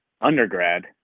undergrad